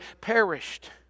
perished